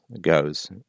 goes